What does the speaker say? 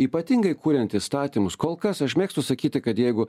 ypatingai kuriant įstatymus kol kas aš mėgstu sakyti kad jeigu